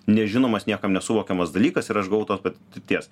nežinomas niekam nesuvokiamas dalykas ir aš gavau tos patirties